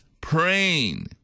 praying